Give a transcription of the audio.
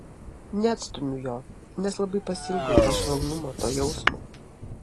neatstumiu jo nes labai pasiilgau to švelnumo to jausmo